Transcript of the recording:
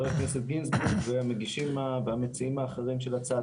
הכנסת גינזבורג והמציעים האחרים שלה.